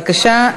בבקשה,